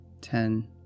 Ten